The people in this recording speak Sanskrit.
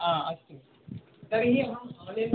आ अस्तु तर्हि अहं आन्लैन्मध्ये